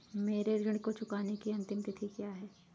मेरे ऋण को चुकाने की अंतिम तिथि क्या है?